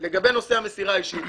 לגבי נושא המסירה האישית,